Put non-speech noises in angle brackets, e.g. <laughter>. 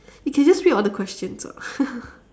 you can just read all the questions [what] <laughs>